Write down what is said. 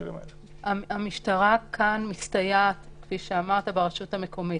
המשטרה מסתייעת כאן ברשות המקומית,